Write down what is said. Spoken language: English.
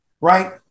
right